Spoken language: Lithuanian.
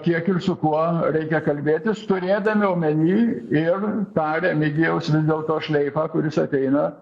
kiek ir su kuo reikia kalbėtis turėdami omeny ir tą remigijaus vis dėlto šleifą kuris ateina